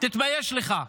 תתבייש לך.